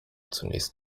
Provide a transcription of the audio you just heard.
zunächst